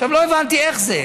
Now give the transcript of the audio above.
לא הבנתי איך זה: